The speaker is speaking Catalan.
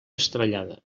estrellada